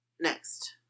Next